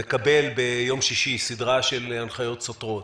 מקבל ביום שישי סדרה של הנחיות סותרות,